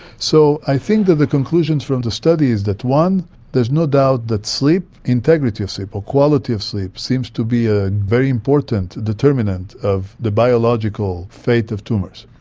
so i think that the conclusions from the study is that there is no doubt that sleep, integrity of sleep or quality of sleep seems to be a very important determinant of the biological fate of tumours.